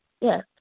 yes